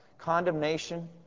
condemnation